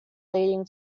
leading